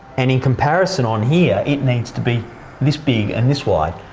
and in comparison on here, it needs to be this big and this wide.